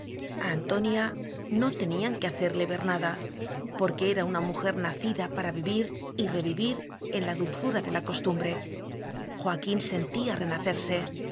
antonia no le tenían que hacerle ver nada porque era una mujer nacida para vivir y revivir en la dulzura de la costumbre joaquín sentía renacerse